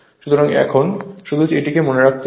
সুতরাং এখানে শুধু এটি মনে রাখতে হবে